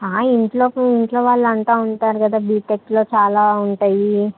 ఇంట్లోకి ఇంట్లో వాళ్ళు అంటూ ఉంటారు కదా బీటెక్లో చాలా ఉంటాయి